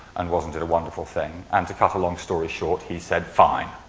and wasn't it a wonderful thing. and to cut a long story short, he said fine.